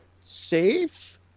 safe